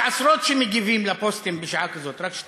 יש עשרות שמגיבים על פוסטים בשעה כזאת, רק שתבינו.